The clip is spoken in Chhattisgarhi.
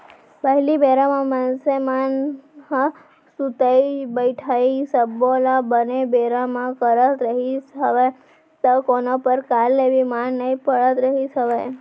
पहिली बेरा म मनसे मन ह सुतई बइठई सब्बो ल बने बेरा म करत रिहिस हवय त कोनो परकार ले बीमार नइ पड़त रिहिस हवय